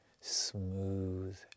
smooth